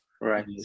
Right